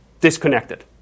disconnected